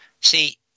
See